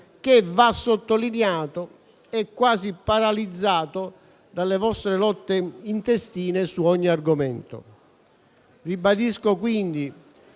che - va sottolineato - è quasi paralizzato dalle vostre lotte intestine su ogni argomento. Ribadisco quindi